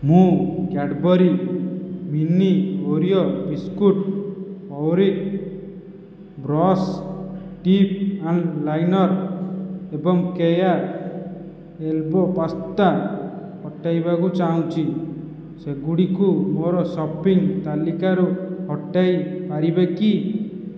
ମୁଁ Cadbury mini Oreo biscuit ଔରିକ brush tip and liner ଏବଂ କେୟା ଏଲ୍ବୋ ପାସ୍ତା ହଟାଇବାକୁ ଚାହୁଁଛି ସେଗୁଡ଼ିକୁ ମୋର ସପିଂ ତାଲିକାରୁ ହଟାଇ ପାରିବେ କି